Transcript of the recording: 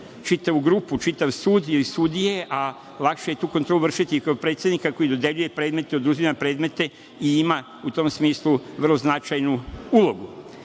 čitavu grupu, čitav sud i sudije, a lakše je tu kontrolu vršiti kod predsednika koji dodeljuje predmete, oduzima predmete i ima u tom smislu vrlo značajnu ulogu. Dakle,